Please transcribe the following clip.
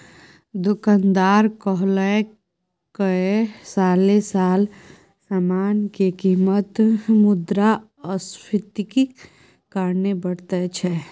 दोकानदार कहलकै साले साल समान के कीमत मुद्रास्फीतिक कारणे बढ़ैत छै